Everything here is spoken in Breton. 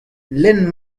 lenn